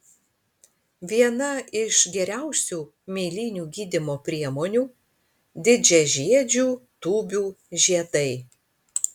viena iš geriausių mėlynių gydymo priemonių didžiažiedžių tūbių žiedai